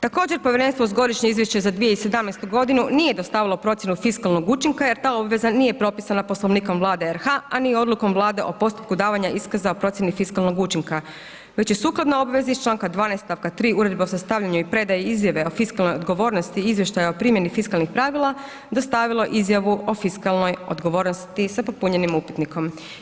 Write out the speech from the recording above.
Također povjerenstvo uz godišnje izvješće za 2017. godinu nije dostavilo procjenu fiskalnog učinka jer ta obveza nije propisana Poslovnikom Vlade RH, a ni Odlukom Vlade o postupku davanja iskaza o procjeni fiskalnog učinka, već je sukladno obvezi iz čl. 12. st. 3 Uredbe o sastavljanju i predaji izjave o fiskalnoj odgovornosti i izvještaja o primjeni fiskalnih pravila, dostavilo izjavu o fiskalnoj odgovornosti sa popunjenim upitnikom.